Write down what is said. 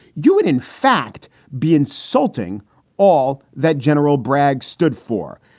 you would in fact be insulting all that general bragg stood for.